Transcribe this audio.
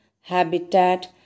habitat